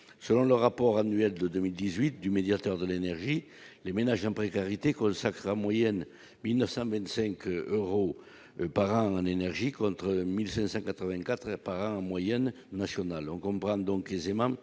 selon le rapport annuel de 2018 du médiateur de l'énergie, les ménages en précarité qu'on le sacre en moyenne 1925 euros par an en énergie contre 1584 par an en moyenne nationale, on comprend donc aisément